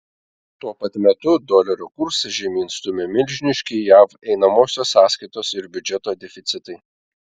tuo pat metu dolerio kursą žemyn stumia milžiniški jav einamosios sąskaitos ir biudžeto deficitai